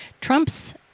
Trump's